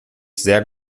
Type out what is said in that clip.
sehr